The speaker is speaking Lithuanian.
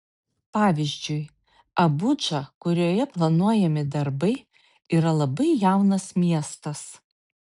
pavyzdžiui abudža kurioje planuojami darbai yra labai jaunas miestas